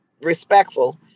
respectful